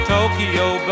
Tokyo